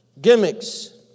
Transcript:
Gimmicks